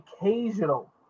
occasional